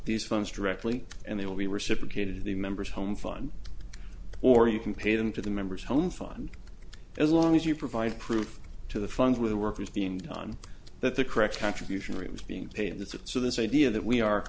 these funds directly and they will be reciprocated to the members home fund or you can pay them to the member's home fine as long as you provide proof to the funds where the work is being done that the correct contribution room is being paid to so this idea that we are